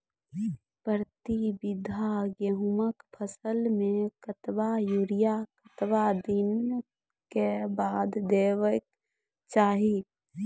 प्रति बीघा गेहूँमक फसल मे कतबा यूरिया कतवा दिनऽक बाद देवाक चाही?